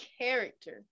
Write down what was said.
character